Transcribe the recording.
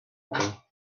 éteint